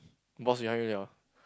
boss behind you [liao]